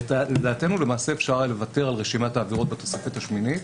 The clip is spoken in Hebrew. לדעתנו למעשה היה אפשר לוותר על רשימת העבירות בתוספת השמינית.